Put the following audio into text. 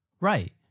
Right